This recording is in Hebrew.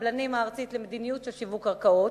הקבלנים הארצית למדיניות של שיווק קרקעות,